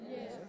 Yes